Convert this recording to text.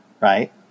right